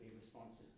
responses